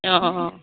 অঁ অঁ